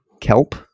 Kelp